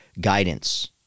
guidance